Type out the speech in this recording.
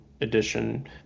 edition